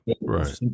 right